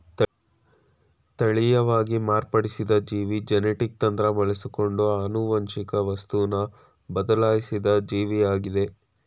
ತಳೀಯವಾಗಿ ಮಾರ್ಪಡಿಸಿದ ಜೀವಿ ಜೆನೆಟಿಕ್ ತಂತ್ರ ಬಳಸ್ಕೊಂಡು ಆನುವಂಶಿಕ ವಸ್ತುನ ಬದ್ಲಾಯ್ಸಿದ ಜೀವಿಯಾಗಯ್ತೆ